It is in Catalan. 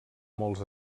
molts